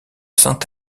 saint